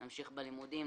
אנחנו נמשיך בלימודים,